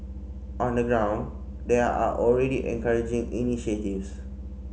on the ground there are already encouraging initiatives